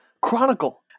Chronicle